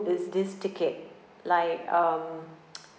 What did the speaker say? is this ticket like um